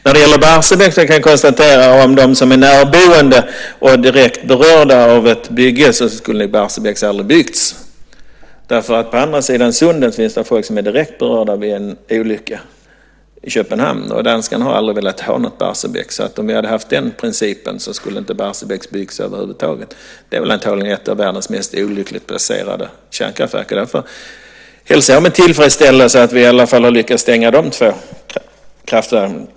När det gäller närboende och de som är direkt berörda av ett bygge kan jag konstatera att Barsebäck aldrig skulle ha byggts eftersom det finns folk på andra sidan sundet, i Köpenhamn, som är direkt berörda vid en olycka. Danskarna har aldrig velat ha något Barsebäck. Om vi hade haft den principen skulle inte Barsebäck ha byggts över huvud taget. Det är väl antagligen ett av världens mest olyckligt placerade kärnkraftverk. Därför hälsar jag med tillfredsställelse att vi i alla fall har lyckats stänga dessa två kraftverk.